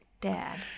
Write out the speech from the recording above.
dad